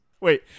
Wait